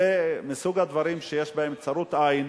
זה מסוג הדברים שיש בהם צרות עין